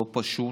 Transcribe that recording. לא פשוט.